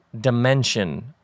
dimension